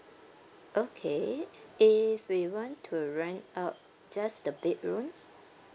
okay if we want to rent out just the bedroom